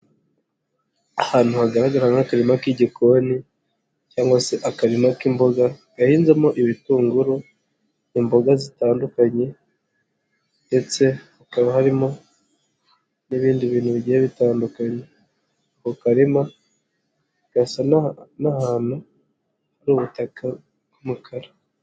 Ahantu hagaragara nk'akarima k'igikoni cyangwa se akarima k'imboga, gahinzemo ibitunguru, imboga zitandukanye ndetse hakaba harimo n'ibindi bintu bigiye bitandukanye, ako karima gasa n'ahantu hari ubutaka bw'umukara.